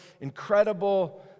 incredible